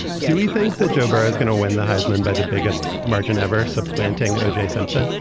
do we think that joe barra is going to win the heisman by the biggest margin ever supplanting o j. simpson?